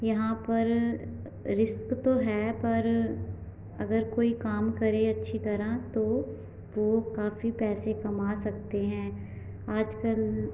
यहाँ पर रिस्क तो है पर अगर कोई काम करे अच्छी तरह तो वो काफी पैसे कमा सकते हैं आजकल